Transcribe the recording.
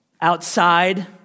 Outside